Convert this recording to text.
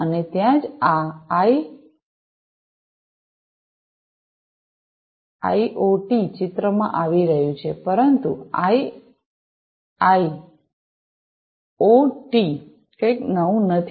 અને ત્યાં જ આ આઇઆઇઓટી ચિત્રમાં આવી રહ્યું છે પરંતુ આઇઆઇઓટી કંઈક નવું નથી